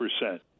percent